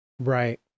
Right